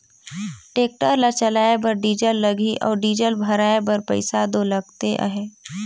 tractor ल चलाए बर डीजल लगही अउ डीजल भराए बर पइसा दो लगते अहे